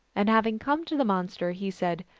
and having come to the mon ster, he said,